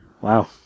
wow